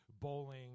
bowling